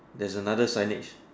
there's another signage